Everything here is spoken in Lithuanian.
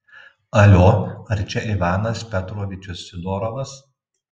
alio ar čia ivanas petrovičius sidorovas